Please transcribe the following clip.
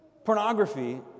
Pornography